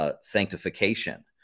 sanctification